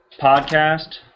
podcast